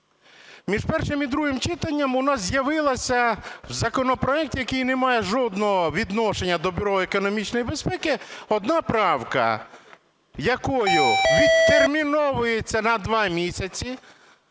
Між першим і другим читанням у нас з'явилася в законопроекті, який не має жодного відношення до Бюро економічної безпеки, одна правка, якою відтерміновується на два місяці